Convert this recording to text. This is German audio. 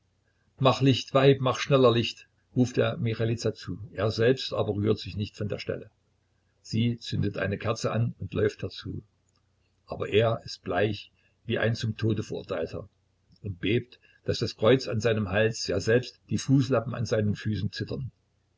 mach licht weib mach schneller licht ruft er michailiza zu er selbst aber rührt sich nicht von der stelle sie zündet eine kerze an und läuft herzu aber er ist bleich wie ein zum tode verurteilter und bebt daß das kreuz an seinem hals ja selbst die fußlappen an seinen füßen zittern